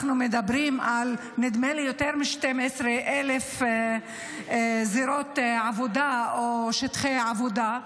אנחנו מדברים על נדמה לי יותר מ-12,000 זירות עבודה או שטחי עבודה,